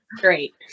great